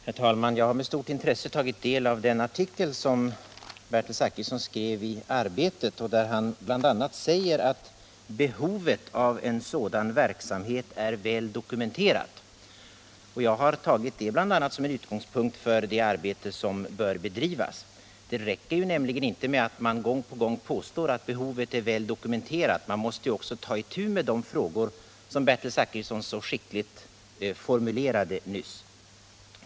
Herr talman! Jag har med stort intresse tagit del av den artikel som Bertil Zachrisson skrev i Arbetet, där han bl.a. säger att behovet av en sådan verksamhet är väl dokumenterad. Jag har tagit bl.a. det som en utgångspunkt för det arbete som bör bedrivas. Det räcker nämligen inte med att man gång på gång påstår att behovet är väl dokumenterat. Man måste också ta itu med de frågor som Bertil Zachrisson så skickligt formulerade nyss.